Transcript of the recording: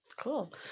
cool